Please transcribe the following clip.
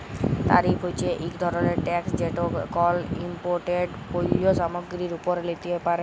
তারিফ হছে ইক ধরলের ট্যাকস যেট কল ইমপোর্টেড পল্য সামগ্গিরির উপর লিতে পারে